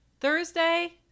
Thursday